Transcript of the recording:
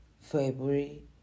February